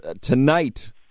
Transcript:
tonight